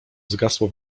zgasło